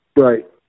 Right